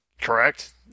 Correct